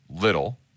little